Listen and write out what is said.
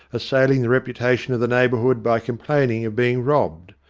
assailing the reputation of the neigh bourhood by complaining of being robbed.